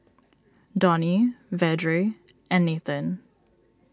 Dhoni Vedre and Nathan